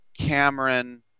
Cameron